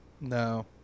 No